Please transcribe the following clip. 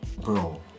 bro